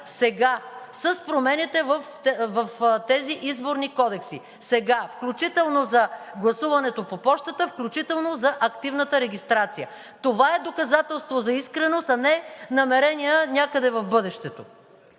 с промените в тези изборни кодекси. Сега – включително за гласуването по пощата, включително за активната регистрация. Това е доказателство за искреност, а не намерения някъде в бъдещето.